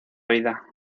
vida